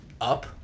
up